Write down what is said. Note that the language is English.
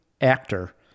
actor